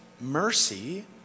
mercy